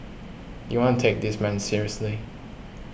you wanna take this man seriously